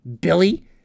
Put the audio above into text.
Billy